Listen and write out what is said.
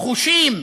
חושים,